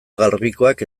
garbikoak